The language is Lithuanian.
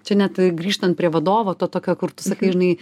čia net grįžtant prie vadovo to tokio kur tu sakai žinai